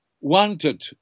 wanted